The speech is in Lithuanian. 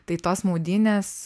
tai tos maudynės